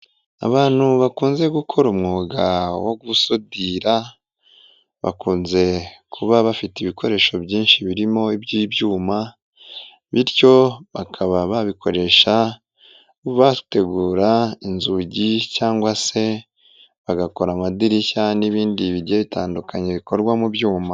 Abantu bakunze gukora umwuga wo gusudira bakunze kuba bafite ibikoresho byinshi birimo iby'ibyuma bityo bakaba babikoresha bategura inzugi cyangwa se bagakora amadirishya n'ibindi bigiye bitandukanye bikorwa mu byuma.